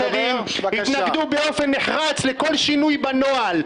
אחרים התנגדו באופן נחרץ לכל שינוי בנוהל.